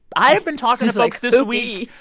i have been talking to like this week.